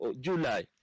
July